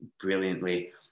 brilliantly